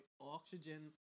oxygen